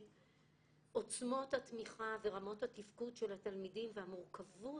עוצמות התמיכה ורמות התפקוד של התלמידים והמורכבות,